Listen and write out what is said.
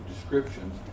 descriptions